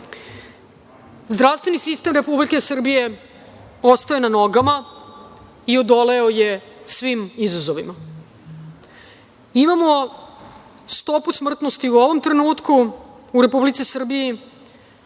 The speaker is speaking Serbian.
zdravstveni sistem Republike Srbije ostaje na nogama i odoleo je svim izazovima. Imamo stopu smrtnosti u ovom trenutku u Republici Srbiji